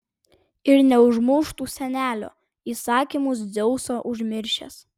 ir neužmuštų senelio įsakymus dzeuso užmiršęs